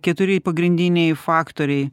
keturi pagrindiniai faktoriai